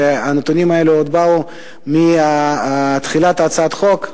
הנתונים האלה עוד מתחילת הצעת החוק,